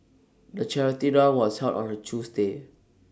the charity run was held on A Tuesday